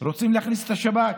רוצים להכניס את השב"כ.